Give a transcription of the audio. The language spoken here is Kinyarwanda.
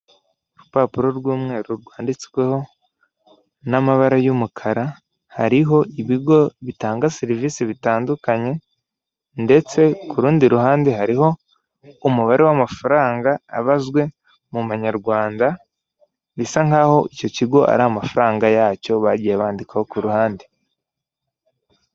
Urupapuro rw'umweru rwanditsweho n'amabara y'umukara, hariho ibigo bitanga serivisi bitandukanye, ndetse kurundi ruhande hariho umubare w'amafaranga abazwe mu manyarwanda, bisa nkaho icyo kigo ari amafaranga yacyo bagiye bandikwaho ku ruhande.